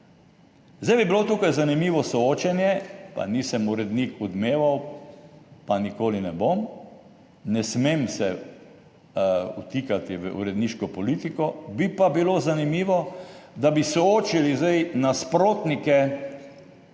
Zdaj bi bilo tukaj zanimivo soočenje, pa nisem urednik Odmevov pa nikoli ne bom, ne smem se vtikati v uredniško politiko, bi pa bilo zanimivo, da bi soočili zdaj nasprotnike